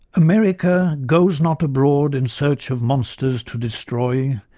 america goes not abroad in search of monsters to destroy.